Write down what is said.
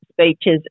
speeches